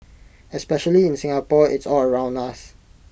especially in Singapore it's all around us